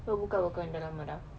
oh bukan bukan dah lama dah